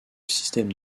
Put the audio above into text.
système